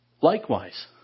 Likewise